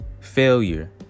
Failure